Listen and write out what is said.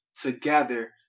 together